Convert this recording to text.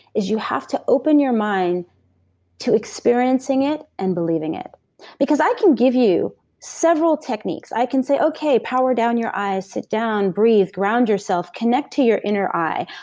is you have to open your mind to experiencing it and believing it i can give you several techniques. i can say, okay, power down your eyes. sit down breathe, ground yourself, connect to your inner eye.